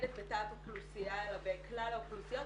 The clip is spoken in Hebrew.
מתמקדת בתת אוכלוסייה אלא בכלל האוכלוסיות,